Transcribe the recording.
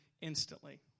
instantly